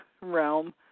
realm